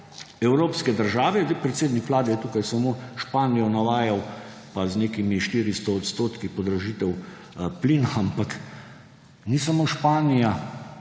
evropske države – zdaj predsednik Vlade je tukaj samo Španijo navajal pa z nekimi 400 % podražitev plina, ampak ni samo Španija